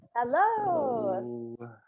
Hello